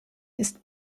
ist